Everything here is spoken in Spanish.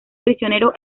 prisioneros